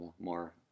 more